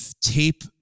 tape